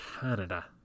Canada